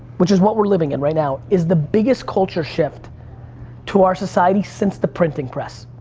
which is what we're living in right now, is the biggest culture shift to our society since the printing press.